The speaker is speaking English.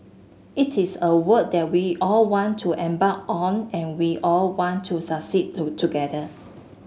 it is a work that we all want to embark on and we all want to succeed to together